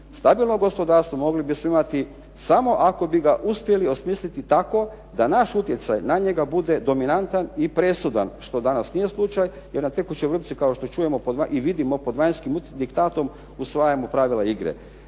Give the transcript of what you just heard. Stabilno gospodarstvo mogli bismo imati samo ako bi ga uspjeli osmisliti tako da naš utjecaj na njega bude dominantan i presudan što danas nije slučaj, jer na tekućoj vrpci kao što čujemo i vidimo pod vanjskim diktatom usvajamo pravila igre.